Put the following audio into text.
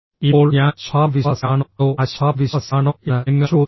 ഇപ്പോൾ ഞാൻ ശുഭാപ്തിവിശ്വാസിയാണോ അതോ അശുഭാപ്തിവിശ്വാസിയാണോ എന്ന് നിങ്ങൾ ചോദിച്ചേക്കാം